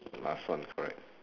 last one correct